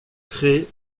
crée